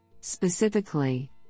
Specifically